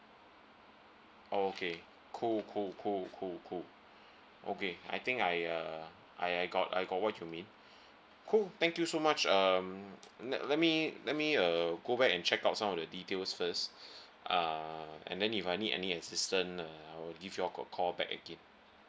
okay cool cool cool cool cool okay I think I uh I I got I got what you mean cool thank you so much um let let me let me err go back and check out some of the details first uh and then if I need any assistant uh give your a call back again